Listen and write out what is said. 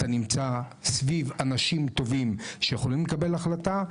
אתה נמצא סביב אנשים טובים שיכולים לקבל החלטה.